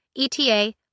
ETA